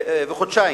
וחודשיים.